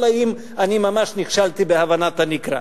אלא אם אני ממש נכשלתי בהבנת הנקרא.